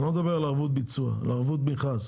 אני לא מדבר על ערבות ביצוע, אלא על ערבות מכרז.